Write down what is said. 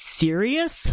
serious